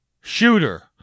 shooter